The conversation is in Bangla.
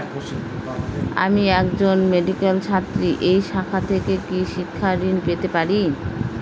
আমি একজন মেডিক্যাল ছাত্রী এই শাখা থেকে কি শিক্ষাঋণ পেতে পারি?